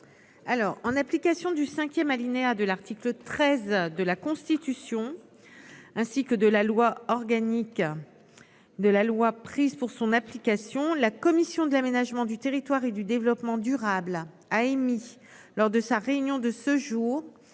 Alors en application du 5ème alinéa de l'article 13 de la Constitution. Ainsi que de la loi organique. De la loi prises pour son application, la commission de l'aménagement du territoire et du développement durable a émis lors de sa réunion de ce jour